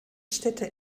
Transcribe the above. städte